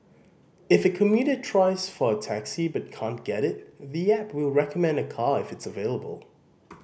if a commuter tries for a taxi but can't get it the app recommend a car if it's available